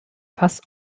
fass